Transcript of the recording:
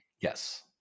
Yes